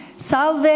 Salve